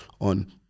on